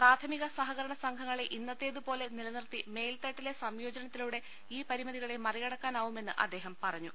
പ്രാഥമിക സഹകരണ സംഘങ്ങളെ ഇന്നത്തേത് പോലെ നിലനിർത്തി മേൽത്തട്ടിലെ സംയോജനത്തിലൂടെ ഈ പരിമിതി കളെ മറികടക്കാനാവുമെന്ന് അദ്ദേഹം പറഞ്ഞു